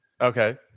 okay